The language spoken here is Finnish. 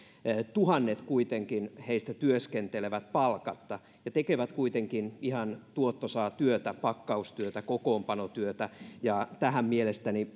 tuhannet kuitenkin työskentelevät palkatta ja tekevät ihan tuottoisaa työtä pakkaustyötä kokoonpanotyötä tähän mielestäni